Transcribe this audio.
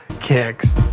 kicks